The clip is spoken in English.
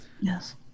Yes